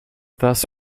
thus